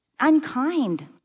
unkind